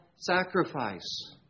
Sacrifice